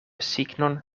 signon